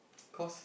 cause